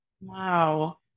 Wow